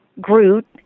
Groot